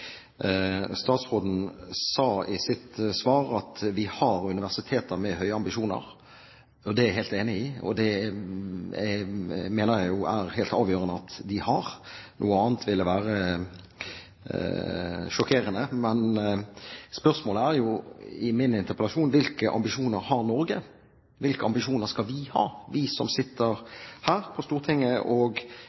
Statsråden sa i sitt svar at vi har universiteter med høye ambisjoner, og det er jeg helt enig i. Det mener jeg er helt avgjørende at de har, noe annet ville være sjokkerende. Men spørsmålet i min interpellasjon er jo: Hvilke ambisjoner har Norge? Hvilke ambisjoner skal vi ha, vi som sitter her på Stortinget,